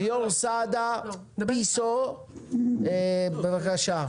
ליאור סעדה פסו, בבקשה.